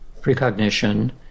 precognition